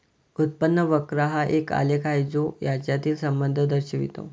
उत्पन्न वक्र हा एक आलेख आहे जो यांच्यातील संबंध दर्शवितो